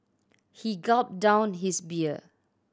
he gulped down his beer